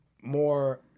more